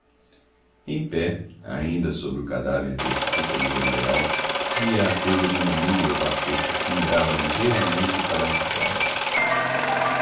em pé ainda sobre o cadáver desse companheiro leal via a coisa de uma milha o vapor que singrava ligeiramente para a cidade